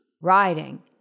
riding